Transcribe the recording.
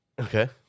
Okay